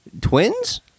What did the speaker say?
Twins